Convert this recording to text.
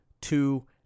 two